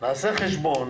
נעשה חשבון,